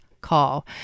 call